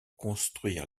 construire